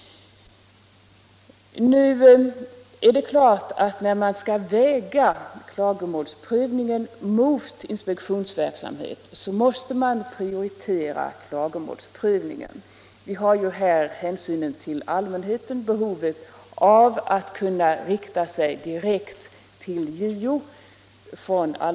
Det är klart att man när man skall väga klagomålsprövningen mot inspektionsverksamheten av hänsyn till allmänheten måste prioritera klagomålsprövningen — allmänheten har behov av att kunna vända sig direkt till JO.